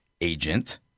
agent